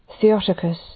Theotokos